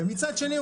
ומצד שני,